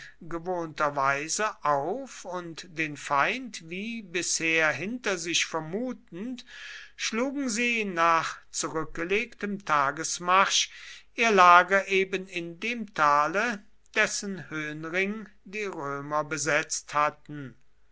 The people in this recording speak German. weise auf und den feind wie bisher hinter sich vermutend schlugen sie nach zurückgelegtem tagesmarsch ihr lager eben in dem tale dessen höhenring die römer besetzt hatten